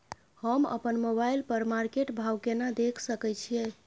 हम अपन मोबाइल पर मार्केट भाव केना देख सकै छिये?